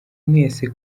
mwese